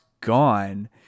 gone